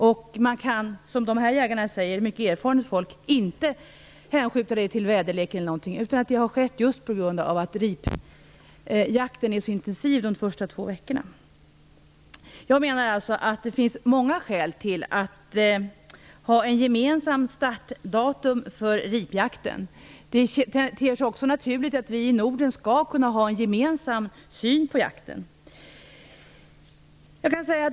De här mycket erfarna jägarna säger att man inte kan hänvisa till väderlek eller något sådant, utan det har skett just på grund av att ripjakten är så intensiv de två första veckorna. Jag menar alltså att det finns många skäl till att ha ett gemensamt startdatum för ripjakten. Det ter sig också naturligt att vi i Norden skall kunna ha en gemensam syn på jakten.